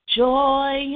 joy